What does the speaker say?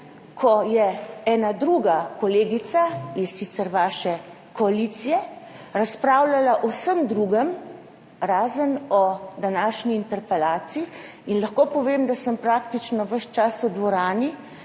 ko je ena druga kolegica, iz vaše koalicije sicer, razpravljala o vsem drugem, razen o današnji interpelaciji, in lahko povem, da sem praktično ves čas v dvorani